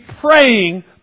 praying